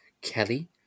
Kelly